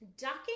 ducking